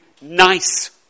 nice